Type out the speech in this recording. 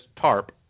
TARP